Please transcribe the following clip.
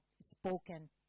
spoken